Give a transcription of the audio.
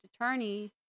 attorney